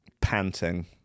panting